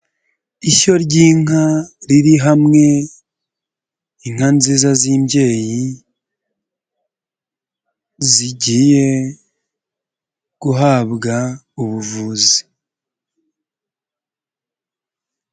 Ishyo ry'inka riri hamwe, inka nziza z'imbyeyi zigiye guhabwa ubuvuzi.